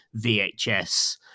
vhs